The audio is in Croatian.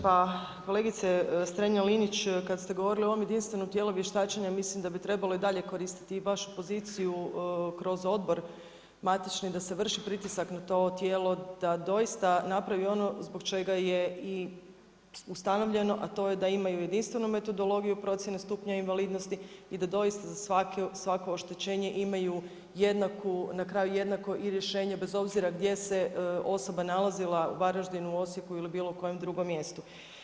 Pa kolegice Strenja Linić, kad ste govorili o ovom jedinstvenom tijelu vještačenju, mislim da bi trebalo i dalje koristiti i vašu poziciju kroz odbor matični da se vrši pritisak na to tijelo, da doista napravi ono zbog čega je i ustanovljeno, a to je da imaju jedinstvenu metodologiju i procjenu stupnja invalidnosti i da doista za svako oštećenje imaju na kraju i jednako rješenje, bez obzira gdje se osoba nalazila u Varaždinu, Osijeku ili bilo kojem drugom mjestu.